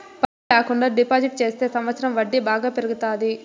పన్ను ల్యాకుండా డిపాజిట్ చెత్తే సంవచ్చరం వడ్డీ బాగా పెరుగుతాది